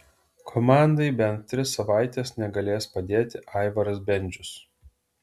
komandai bent tris savaites negalės padėti aivaras bendžius